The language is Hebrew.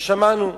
ושמענו,